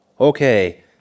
okay